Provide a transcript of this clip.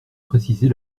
préciser